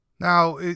now